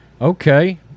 Okay